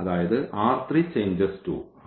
അതായത് ഈ മെത്തേഡ്ൽ